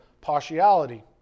partiality